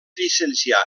llicencià